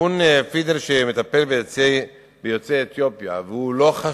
ארגון "פידל" שמטפל ביוצאי אתיופיה, והוא לא חשוד,